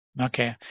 Okay